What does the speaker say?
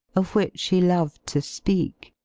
of which she loved to speak.